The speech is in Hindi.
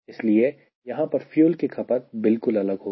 इसलिए यहां पर फ्यूल की खपत बिल्कुल अलग होगी